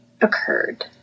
occurred